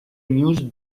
news